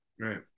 Right